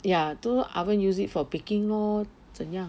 ya so oven use it for baking lor 怎样